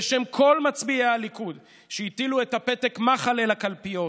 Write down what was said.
בשם כל מצביעי הליכוד שהטילו את הפתק מחל אל הקלפיות